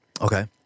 Okay